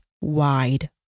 wide